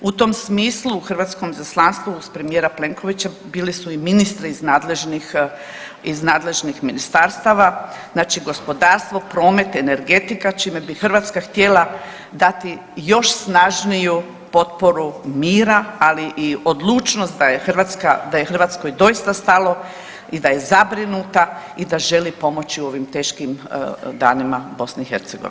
U tom smislu u hrvatskom izaslanstvu uz premijera Plenkovića bili su i ministri iz nadležnih ministarstava, znači gospodarstvo, promet, energetika, čime bi Hrvatska htjela dati još snažniju potporu mira, ali i odlučnost da je Hrvatskoj doista stalo i da je zabrinuta i da želi pomoći u ovim teškim danima BiH.